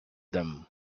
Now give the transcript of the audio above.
them